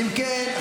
אם כן,